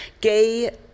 Gay